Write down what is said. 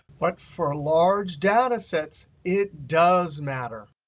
but for a large data sets, it does matter.